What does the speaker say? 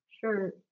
Sure